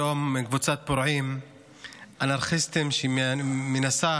קבוצת פורעים אנרכיסטים שמנסה